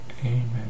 Amen